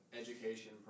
education